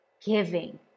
giving